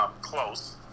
close